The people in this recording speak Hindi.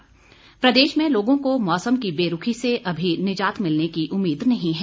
मौसम प्रदेश में लोगों को मौसम की बेरूखी से अभी निज़ात मिलने की उम्मीद नहीं है